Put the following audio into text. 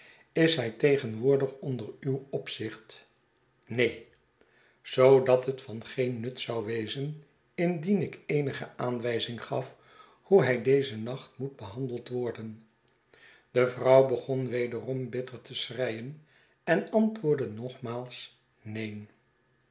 is hij tegenwoordig onder uw opzicht neeni zoodat het van geen nut zou wezen indien ik eenige aanwijzing gaf hoe hij dezen nacht moet behandeld worden de vrouw begon wederom bitter te schreien en antwoordde nogmaals neen